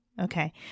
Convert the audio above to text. Okay